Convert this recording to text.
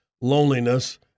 loneliness